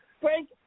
Frank